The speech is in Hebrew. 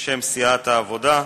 בשם סיעת העבודה.